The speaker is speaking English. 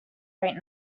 right